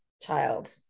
child